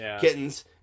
kittens